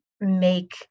make